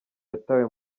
yatawe